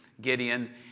Gideon